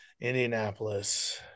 Indianapolis